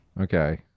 Okay